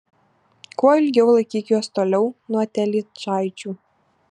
kuo ilgiau laikyk juos toliau nuo telyčaičių